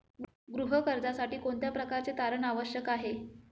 गृह कर्जासाठी कोणत्या प्रकारचे तारण आवश्यक आहे?